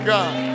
God